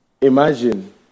Imagine